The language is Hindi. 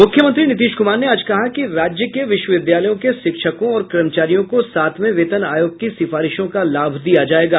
मुख्यमंत्री नीतीश कुमार ने आज कहा कि राज्य के विश्वविद्यालयों के शिक्षकों और कर्मचारियों को सातवें वेतन आयोग की सिफारिशों का लाभ दिया जायेगा